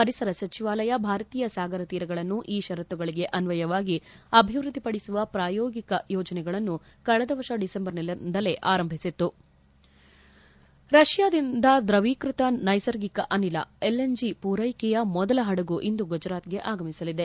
ಪರಿಸರ ಸಚಿವಾಲಯ ಭಾರತೀಯ ಸಾಗರ ತೀರಗಳನ್ನು ಈ ಪರತ್ತುಗಳಿಗೆ ಅನ್ನಯವಾಗಿ ಅಭಿವೃದ್ದಿಪಡಿಸುವ ಪ್ರಾಯೋಗಿಕ ಯೋಜನೆಯನ್ನು ಕಳೆದ ವರ್ಷ ಡಿಸೆಂಬರ್ನಿಂದಲೇ ಆರಂಭಿಸಿತ್ತು ರಷ್ಠಾದಿಂದ ದ್ರವೀಕೃತ ನೈಸರ್ಗಿಕ ಅನಿಲ ಎಲ್ಎನ್ಜಿ ಪೂರೈಕೆಯ ಮೊದಲ ಹಡಗು ಇಂದು ಗುಜರಾತ್ಗೆ ಆಗಮಿಸಲಿದೆ